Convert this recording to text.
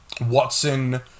Watson